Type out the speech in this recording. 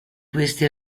questi